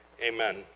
Amen